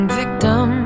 victim